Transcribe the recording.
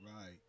Right